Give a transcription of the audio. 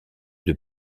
deux